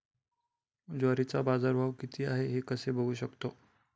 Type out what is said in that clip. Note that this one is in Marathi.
ज्वारीचा बाजारभाव किती आहे कसे बघू शकतो?